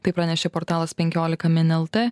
taip pranešė portalas penkiolika min lt